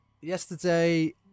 yesterday